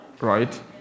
right